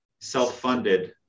self-funded